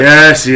Yes